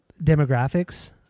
demographics